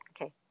Okay